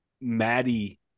Maddie